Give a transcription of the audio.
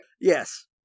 Yes